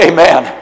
Amen